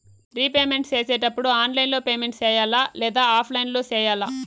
repayment సేసేటప్పుడు online లో payment సేయాలా లేదా ఆఫ్లైన్ లో సేయాలా